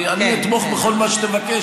אני אתמוך בכל מה שתבקש.